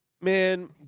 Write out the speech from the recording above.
Man